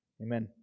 Amen